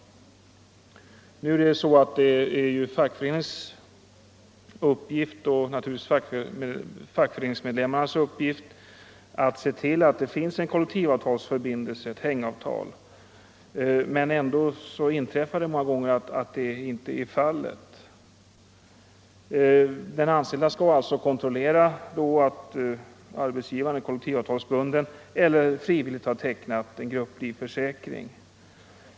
Nu är det ju fackföreningarnas och fackföreningsmedlemmarnas uppgift att se till att det finns en kollektivavtalsförbindelse, ett hängavtal, men ändå händer det många gånger att så inte är fallet. Den anställde skall alltså kontrollera att arbetsgivaren är kollektivavtalsbunden eller har tecknat frivillig grupplivförsäkring.